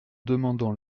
demandant